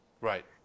Right